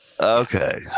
Okay